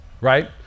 right